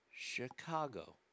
Chicago